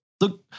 Look